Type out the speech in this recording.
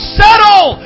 settle